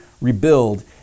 rebuild